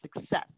success